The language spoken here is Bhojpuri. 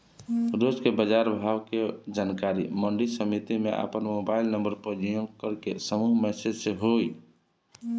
रोज के बाजार भाव के जानकारी मंडी समिति में आपन मोबाइल नंबर पंजीयन करके समूह मैसेज से होई?